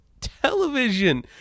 television